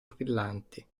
brillanti